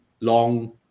long